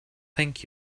thank